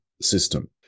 system